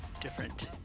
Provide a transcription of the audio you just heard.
different